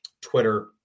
Twitter